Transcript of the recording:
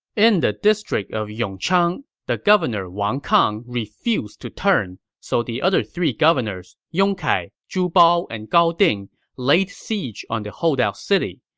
in the district of yongchang, the governor wang kang refused to turn, so the other three governors yong kai, zhu bao, and gao ding laid siege on the holdout city.